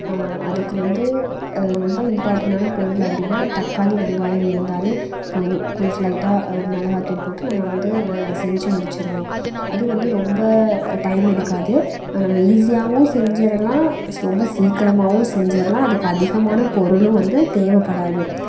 அதுக்கு வந்து ரொம்ப இம்பர்ட்டனான பொருள் அப்படின்னா தக்காளி வெங்காயம் இருந்தாலே போதும் கொஞ்சம் லைட்டாக மிளகாய்த்தூள் போட்டு நம்ம வந்து அதை செஞ்சு முடிச்சிடுவோம் அது வந்து ரொம்ப டைம் எடுக்காது நம்ம ஈஸியாகவும் செஞ்சிடலாம் ரொம்ப சீக்கிரமாகவும் செஞ்சிடலாம் அதுக்கு அதிகமான பொருளும் வந்து தேவைப்படாது